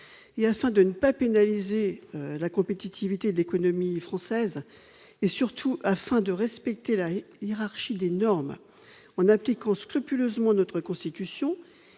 Afin de ne pas pénaliser la compétitivité de l'économie française et surtout de respecter la hiérarchie des normes en appliquant scrupuleusement notre Constitution,